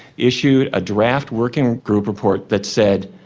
issued a draft working group report that said,